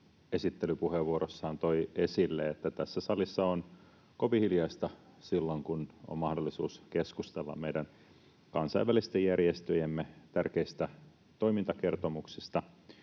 esittelypuheenvuorossaan toi esille, että tässä salissa on kovin hiljaista silloin, kun on mahdollisuus keskustella meidän kansainvälisten järjestöjen tärkeistä toimintakertomuksista.